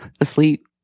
Asleep